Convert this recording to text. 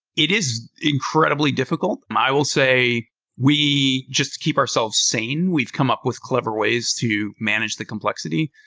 it is incredibly diffi cult. i will say we just keep ourselves sane. we've come up with clever ways to manage the complexity.